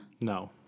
No